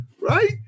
Right